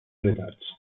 unitats